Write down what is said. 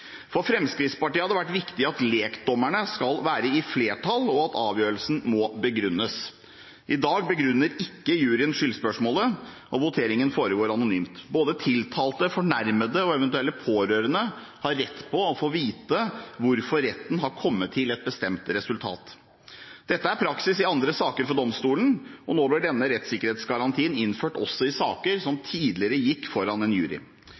For Fremskrittspartiet har det vært viktig at lekdommerne skal være i flertall, og at avgjørelsen må begrunnes. I dag begrunner ikke juryen skyldspørsmålet, og voteringen foregår anonymt. Både tiltalte, fornærmede og eventuelle pårørende har rett på å få vite hvorfor retten har kommet til et bestemt resultat. Dette er praksis i andre saker for domstolen, og nå blir denne rettssikkerhetsgarantien innført også i saker som tidligere gikk for en